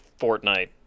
Fortnite